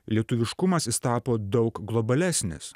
lietuviškumas jis tapo daug globalesnis